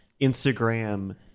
instagram